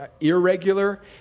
irregular